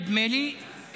נדמה לי,